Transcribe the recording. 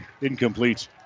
incomplete